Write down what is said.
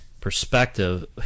perspective